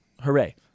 Hooray